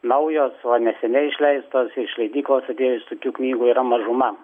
naujos va neseniai išleistos iš leidyklos įdėjus tokių knygų yra mažuma